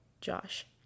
Josh